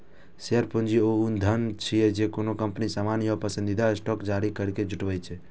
share पूंजी ऊ धन छियै, जे कोनो कंपनी सामान्य या पसंदीदा स्टॉक जारी करैके जुटबै छै